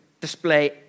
display